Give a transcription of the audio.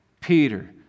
Peter